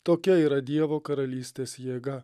tokia yra dievo karalystės jėga